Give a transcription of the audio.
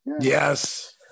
Yes